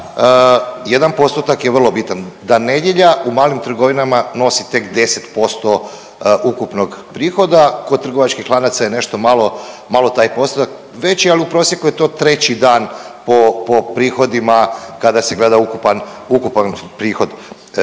jedan postotak je vrlo bitan da nedjelja u malim trgovina nosi tek 10% ukupnog prihoda, kod trgovačkih lanaca je nešto malo, malo taj postotak veći ali u prosjeku je to treći dan po prihodima kada se gleda ukupan, ukupan